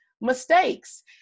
mistakes